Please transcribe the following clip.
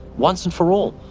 once and for all.